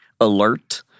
alert